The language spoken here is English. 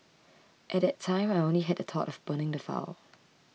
at that time I only had the thought of burning the file